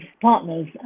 partners